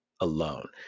alone